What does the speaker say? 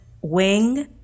wing